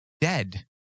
dead